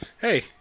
Hey